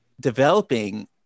developing